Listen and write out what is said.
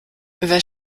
wer